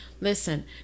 Listen